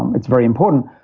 um it's very important.